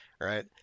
right